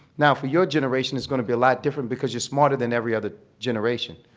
now, for your generation it's going to be a lot different, because you're smarter than every other generation.